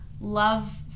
love